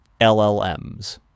llms